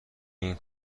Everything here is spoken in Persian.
این